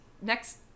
next